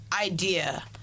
idea